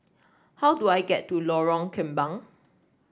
how do I get to Lorong Kembang